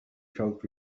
felt